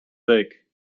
week